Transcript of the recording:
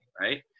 right